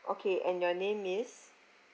okay and your name is